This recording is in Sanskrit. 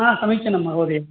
हा समीचीनं महोदय